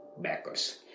backers